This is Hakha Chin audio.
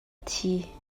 thi